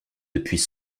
depuis